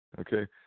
Okay